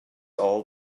all